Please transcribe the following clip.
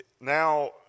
now